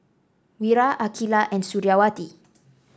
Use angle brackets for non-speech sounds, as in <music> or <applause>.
Wira Aqilah and Suriawati <noise>